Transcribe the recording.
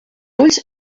ulls